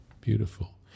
Beautiful